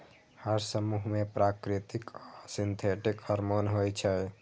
हर समूह मे प्राकृतिक आ सिंथेटिक हार्मोन होइ छै